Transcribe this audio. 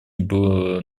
было